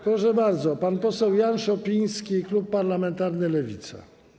Proszę bardzo, pan poseł Jan Szopiński, klub parlamentarny Lewica.